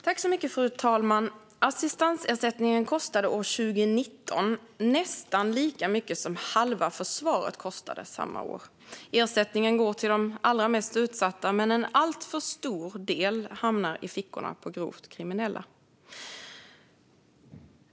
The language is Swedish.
Fru talman! Assistansersättningen kostade år 2019 nästan lika mycket som halva försvaret kostade samma år. Ersättningen går till de allra mest utsatta. Men en alltför stor del hamnar i fickorna på grovt kriminella.